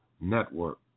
Network